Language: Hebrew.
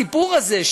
הסיפור הזה,